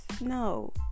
No